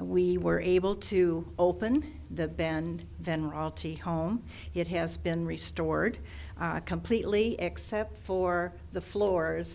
we were able to open the bend then walty home it has been restored completely except for the floors